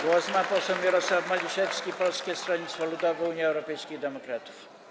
Głos ma poseł Mirosław Maliszewski, Polskie Stronnictwo Ludowe - Unia Europejskich Demokratów.